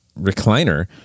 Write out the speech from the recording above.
recliner